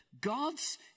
God's